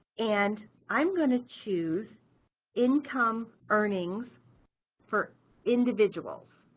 and i'm going to choose income earnings for individuals.